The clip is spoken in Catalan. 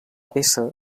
peça